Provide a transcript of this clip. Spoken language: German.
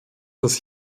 das